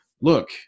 Look